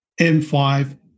M5